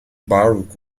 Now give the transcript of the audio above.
baruch